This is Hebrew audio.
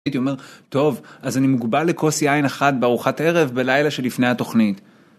היתי אומר, טוב, אז אני מוגבל לכוס יין אחת בארוחת ערב בלילה שלפני התוכנית.